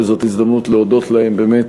וזאת הזדמנות להודות להם באמת